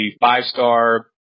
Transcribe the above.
five-star